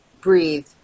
Breathe